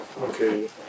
Okay